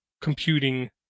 computing